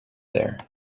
there